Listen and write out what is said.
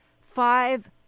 five